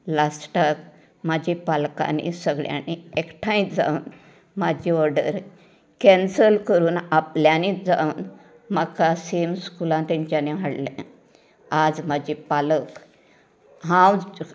लास्टाक म्हाजी पालकांनीं सगळ्यांनी एकठांय जावन म्हाजी ऑर्डर केन्सल करून आपल्यांनीच म्हाका सेम स्कुलांनीं तेंच्यानीं हाडले आज म्हाजे पालक हांव